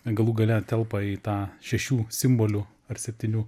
galų gale telpa į tą šešių simbolių ar septynių